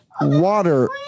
Water